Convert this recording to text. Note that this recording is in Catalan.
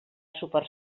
suport